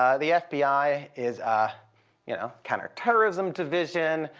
ah the fbi is ah you know, counter-terrorism division,